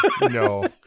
No